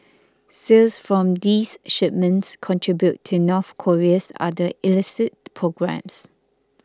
sales from these shipments contribute to North Korea's other illicit programmes